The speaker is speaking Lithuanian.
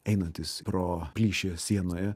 einantis pro plyšį sienoje